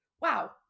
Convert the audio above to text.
wow